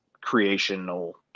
creational